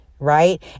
Right